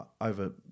over